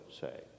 say